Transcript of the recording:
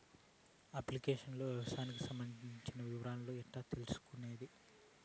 Application లో వ్యవసాయానికి సంబంధించిన వివరాలు ఎట్లా తెలుసుకొనేది?